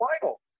final